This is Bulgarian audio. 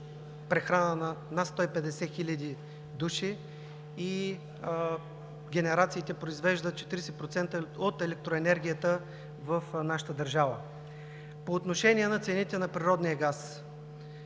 прехрана на над 150 хиляди души и генерациите произвеждат 40% от електроенергията в нашата държава. По отношение на цените на природния газ.